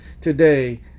today